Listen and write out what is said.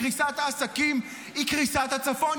קריסת העסקים היא קריסת הצפון,